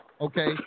Okay